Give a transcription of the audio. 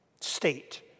state